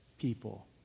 people